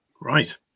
Right